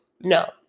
no